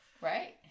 right